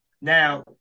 Now